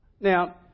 Now